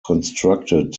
constructed